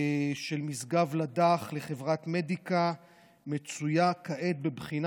של משגב לדך לחברת מדיקה מצויה כעת בבחינה